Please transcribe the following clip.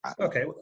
okay